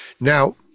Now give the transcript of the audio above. now